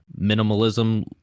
Minimalism